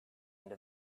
into